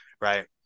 right